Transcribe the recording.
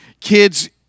kids